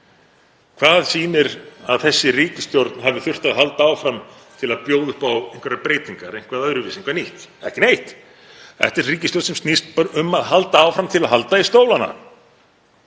Hvað sýnir að þessi ríkisstjórn hafi þurft að halda áfram til að bjóða upp á einhverjar breytingar, eitthvað öðruvísi, eitthvað nýtt? Ekki neitt. Þetta er ríkisstjórn sem snýst bara um að halda áfram til að halda í stólana.